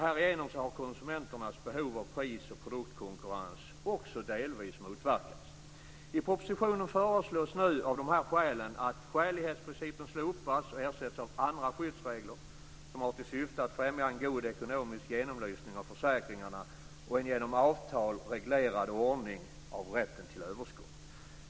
Härigenom har konsumenternas behov av pris och produktkonkurrens delvis motverkats. I propositionen föreslås nu av dessa skäl att skälighetsprincipen slopas och ersätts av andra skyddsregler som har till syfte att främja en god ekonomisk genomlysning av försäkringarna och en genom avtal reglerad ordning av rätten till överskott.